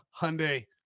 Hyundai